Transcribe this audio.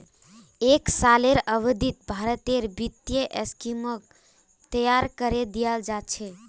एक सालेर अवधित भारतेर वित्तीय स्कीमक तैयार करे दियाल जा छे